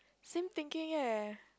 same thinking eh